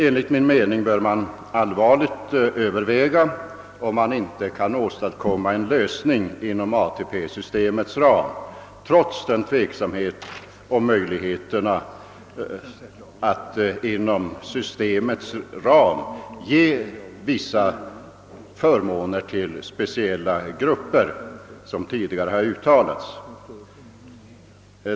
Enligt min mening bör man allvarligt överväga, om inte en lösning kan åstadkommas inom ATP-systemets ram, trots den tveksamhet som råder om att inom ramen för systemet ge vissa förmåner till speciella grupper, såsom tidigare har uttalats.